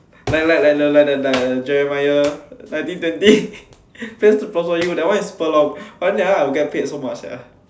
like like like the like the Jeremiah nineteen twenty that one is super long I think that one I will get paid so much sia